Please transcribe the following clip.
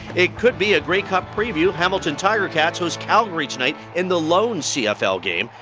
it could be a grey cup preview, hamilton tiger cats host calgary tonight in the lone cfl game.